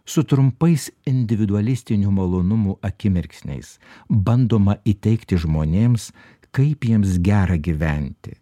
su trumpais individualistinių malonumų akimirksniais bandoma įteigti žmonėms kaip jiems gera gyventi